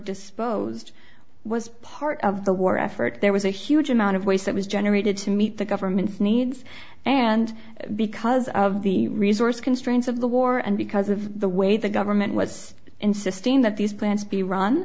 disposed was part of the war effort there was a huge amount of waste that was generated to meet the government's needs and because of the resource constraints of the war and because of the way the government was insisting that these plants be run